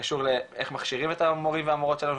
קשור לאיך מכשירים את המורים והמורות האלה,